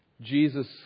Jesus